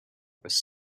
was